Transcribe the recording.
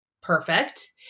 perfect